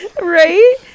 Right